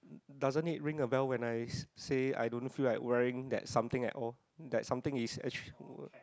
doesn't it ring a bell when I say I don't feel like wearing something at all that something is actually